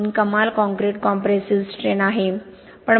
003 कमाल concrete compressive strain आहे